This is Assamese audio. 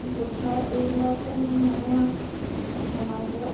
গোঁঠাৰ এইবিলাকেই মোৰ মানে সমাজৰ